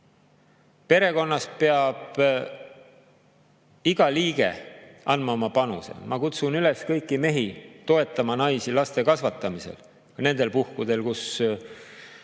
perekonnas peab iga liige andma oma panuse. Ma kutsun kõiki mehi üles toetama naisi laste kasvatamisel, nendel puhkudel, kui